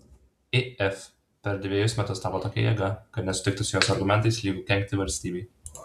if per dvejus metus tapo tokia jėga kad nesutikti su jos argumentais lygu kenkti valstybei